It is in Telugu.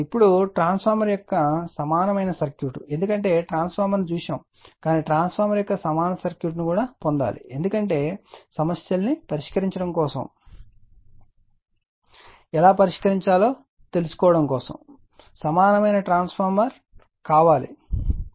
ఇప్పుడు ట్రాన్స్ఫార్మర్ యొక్క సమానమైన సర్క్యూట్ ఎందుకంటే ట్రాన్స్ఫార్మర్ను చూశాము కానీ ట్రాన్స్ఫార్మర్ యొక్క సమానమైన సర్క్యూట్ను పొందాలి ఎందుకంటే సమస్యల ను పరిష్కరించడం కోసం ఎలా పరిష్కరించాలో తెలుసుకోవడం కోసం సమానమైన ట్రాన్స్ఫార్మర్ లేదా సమానమైన ట్రాన్స్ఫార్మర్ కావాలి